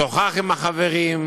שוחח עם החברים,